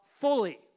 fully